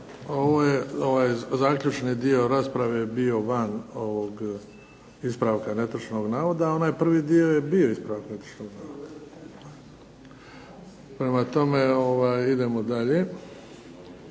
Ovo je, zaključni dio rasprave bio van ovog ispravka netočnog navoda, onaj prvi dio je bio ispravak netočnog navoda. Prema tome, idemo dalje.